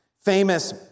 famous